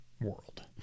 world